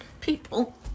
People